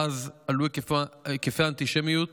שאז עלו היקפי האנטישמיות